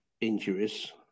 injuries